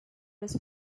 was